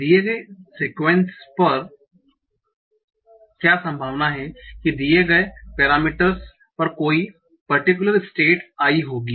तो दिए गए सीक्वेंस पर क्या संभावना है कि दिये गए पेरामीटरस पर कोई परटिक्युलर स्टेट आई होगी